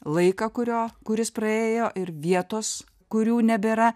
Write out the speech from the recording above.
laiką kurio kuris praėjo ir vietos kurių nebėra